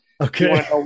okay